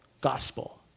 gospel